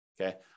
Okay